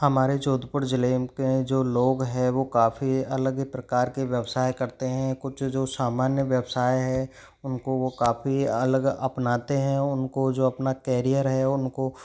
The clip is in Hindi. हमारे जोधपुर जिले के जो लोग है वो काफ़ी अलग प्रकार के व्यवसाय करते हैं कुछ जो सामान्य व्यवसाय है उनको वो काफ़ी अलग अपनाते हैं उनको जो अपना कैरियर है उनको